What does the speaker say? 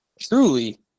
truly